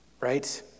right